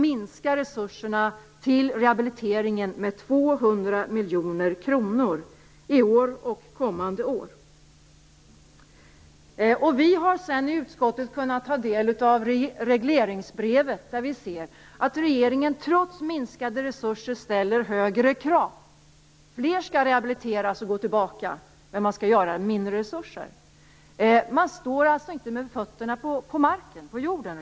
Vi har senare i utskottet kunnat ta del av regleringsbrevet. Där har vi sett att regeringen trots minskade resurser ställer högre krav. Fler skall rehabiliteras och gå tillbaka till arbete, fast med hjälp av mindre resurser. Regeringen står alltså inte med fötterna på jorden.